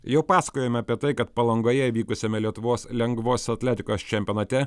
jau pasakojome apie tai kad palangoje įvykusiame lietuvos lengvosio atletikos čempionate